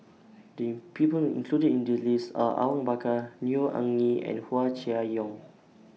The People included in The list Are Awang Bakar Neo Anngee and Hua Chai Yong